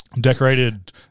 Decorated